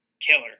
killer